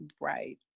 Right